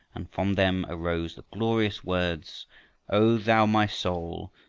and from them arose the glorious words o thou, my soul,